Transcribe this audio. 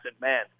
man